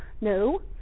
No